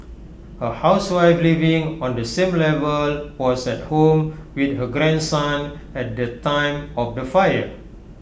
A housewife living on the same level was at home with her grandson at the time of the fire